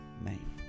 name